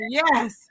yes